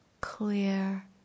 clear